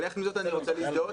אבל יחד עם זאת אני רוצה להזדהות,